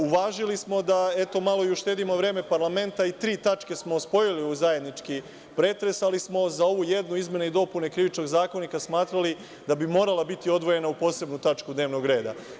Uvažili smo da, eto, malo i uštedimo vreme parlamenta i tri tačke smo spojili u zajednički pretres, ali smo za ovu jednu, izmene i dopune Krivičnog zakonika, smatrali da bi morala biti odvojena u posebnu tačku dnevnog reda.